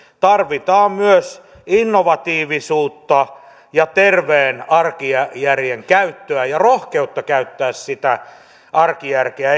tarvitaan myös innovatiivisuutta ja terveen arkijärjen käyttöä ja rohkeutta käyttää sitä arkijärkeä